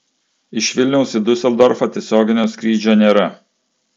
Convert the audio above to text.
iš vilniaus į diuseldorfą tiesioginio skrydžio nėra